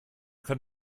kann